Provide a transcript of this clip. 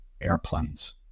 airplanes